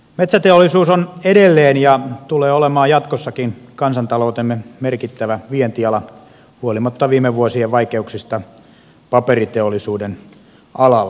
metsäteollisuus on edelleen ja tulee olemaan jatkossakin kansantaloutemme merkittävä vientiala huolimatta viime vuosien vaikeuksista paperiteollisuuden alalla